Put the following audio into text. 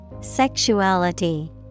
Sexuality